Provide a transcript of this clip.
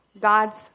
God's